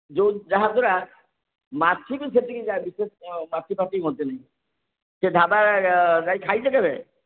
ଯେଉଁ ଯାହାଦ୍ୱାରା ମାଛି ବି ସେଠିକି ଯାଆନ୍ତିନି ମାଛି ଫାଛି ହୁଅନ୍ତିନି ସେ ଢ଼ାବା ଯାଇ ଖାଇଛ କେବେ